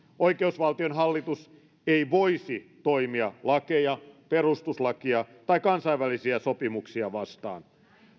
oikeusvaltion hallitus ei voisi toimia lakeja perustuslakia tai kansainvälisiä sopimuksia vastaan